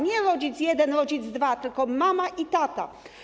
Nie rodzic jeden i rodzic dwa, tylko mama i tata.